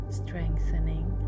strengthening